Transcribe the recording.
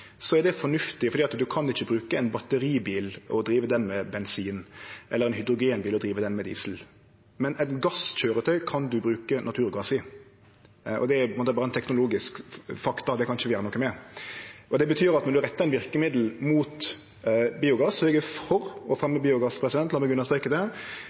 er det fornuftig, for ein kan ikkje bruke ein batteribil og drive den med bensin, eller ein hydrogenbil og drive den med diesel. Men eit gasskøyretøy kan ein bruke naturgass i. Det er berre eit teknologisk faktum, det kan ikkje vi gjere noko med. Det betyr at når ein rettar inn verkemiddel mot biogass – og eg er for å fremja biogass, lat meg understreke det – er det nok meir målretta å rette det